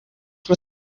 were